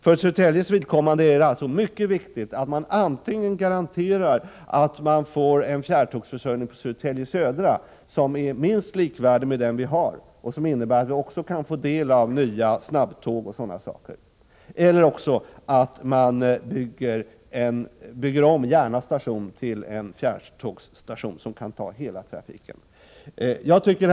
För Södertäljes vidkommande är det alltså mycket viktigt att man antingen garanterar en fjärrtågsförsörjning i Södertälje Södra som är likvärdig med den som vi har nu och som innebär att vi kan få del av SJ:s nya snabbtåg, eller också att man bygger om Järna station till en fjärrtågsstation som kan ta hela trafiken. Herr talman!